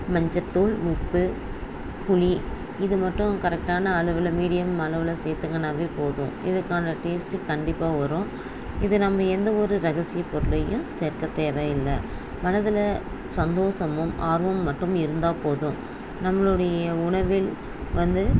மஞ்சத்தூள் உப்பு புலி இது மட்டும் கரெக்ட்டான அளவில் மீடியம் அளவில் சேர்த்துக்குனாவே போதும் இதுக்கான டேஸ்ட்டு கண்டிப்பாக வரும் இது நம்ம எந்த ஒரு ரகசிய பொருளையும் சேர்க்க தேவையில்லை மனதில் சந்தோஷமும் ஆர்வமும் மட்டும் இருந்தால் போதும் நம்மளுடைய உணவில் வந்து